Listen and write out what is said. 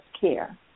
care